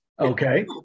Okay